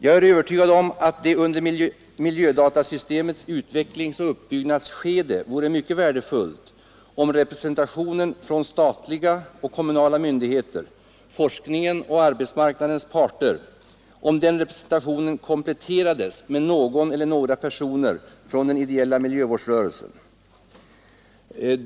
Jag är övertygad om att det under miljödatasystemets utvecklingsoch uppbyggnadsskede vore mycket värdefullt, om representationen från statliga och kommunala myndigheter, forskningen och arbetsmarknadens parter kompletterades med någon eller några personer från den ideella miljövårdsrörelsen.